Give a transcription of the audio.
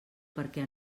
perquè